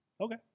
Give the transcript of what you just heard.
okay